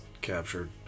captured